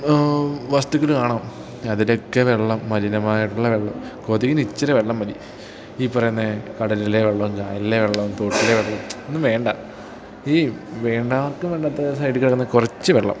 വസ്തുക്കൾ കാണാം അതിലൊക്കെ വെള്ളം മലിനമായിട്ടുള്ള വെള്ളം കൊതുകിനിച്ചിരി വെള്ളം മതി ഈ പറയുന്ന കടലിലെ വെള്ളം കായലിലെ വെള്ളം തോട്ടിലെ വെള്ളം ഒന്നും വേണ്ട ഈ വേണ്ടാ ആർക്കും വേണ്ടാത്ത സൈഡിൽ കിടക്കുന്ന കുറച്ച് വെള്ളം